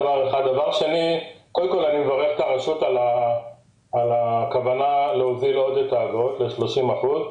אני מברך את הרשות על הכוונה להוזיל עוד את האגרות ל-30 אחוזים.